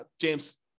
James